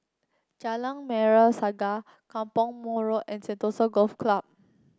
Jalan Merah Saga Kampong Mator Road and Sentosa Golf Club